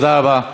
תודה רבה.